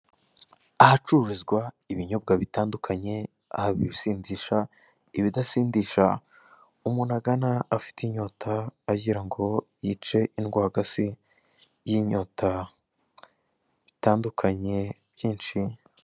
Ahacururizwa ibinyobwa bitandukanye haba ibisindisha ibidasindisha umuntu agana afite inyota agira ngo yice ingwagasi y'inyota, bitandukanye byinshi.